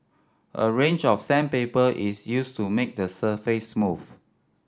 a range of sandpaper is used to make the surface smooth